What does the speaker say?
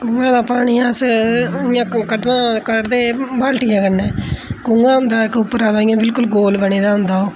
खूऐ दा पानी अस इ'यां कड्ढना कढदे बाल्टियै कन्नै खूह् होंदा इक उप्परा दा बिल्कुल गोल बने दा होंदा ओह्